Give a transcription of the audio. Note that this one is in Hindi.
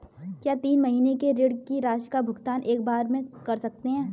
क्या तीन महीने के ऋण की राशि का भुगतान एक बार में कर सकते हैं?